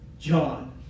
John